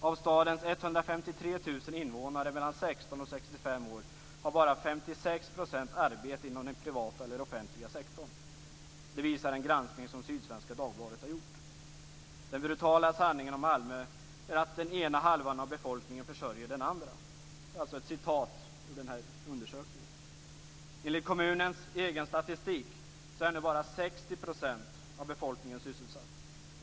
Av stadens 153 000 invånare mellan 16 och 65 år har bara 56 % arbete inom den privata eller offentliga sektorn. Det visar en granskning som Sydsvenska Dagbladet har gjort. Den brutala sanningen om Malmö är att den ena halvan av befolkningen försörjer den andra. Det är alltså ett citat ur den här undersökningen. Enligt kommunens egen statistik är nu bara 60 % av befolkningen sysselsatt.